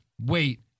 Wait